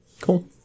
Cool